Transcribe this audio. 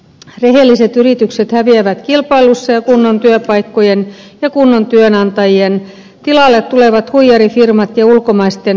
rehelliset yritykset häviävät kilpailussa ja kunnon työpaikkojen ja kunnon työnantajien tilalle tulevat huijarifirmat ja ulkomaisten halpatyöntekijöiden markkinat